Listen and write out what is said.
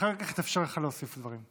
ואחר כך יתאפשר לך להוסיף דברים.